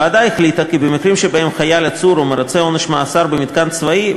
הוועדה החליטה כי במקרים שבהם החייל עצור או מרצה עונש מאסר במתקן צבאי,